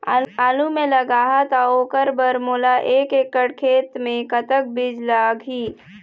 आलू मे लगाहा त ओकर बर मोला एक एकड़ खेत मे कतक बीज लाग ही?